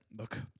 look